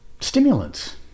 stimulants